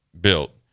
built